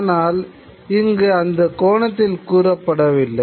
ஆனால் இங்கு அந்த கோணத்தில் கூறப்படவில்லை